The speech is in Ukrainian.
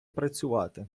працювати